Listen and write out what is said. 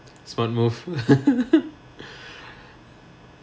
smart move